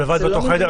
זה לא מדויק.